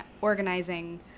organizing